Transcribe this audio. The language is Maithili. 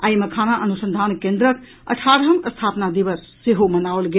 आइ मखाना अनुसंधान केन्द्रक अठारहम स्थापना दिवस सेहो मनाओल गेल